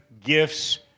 gifts